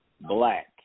black